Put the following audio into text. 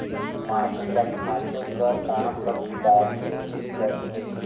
माटी ल खाचे कर काम ल कुदारी ले ही करथे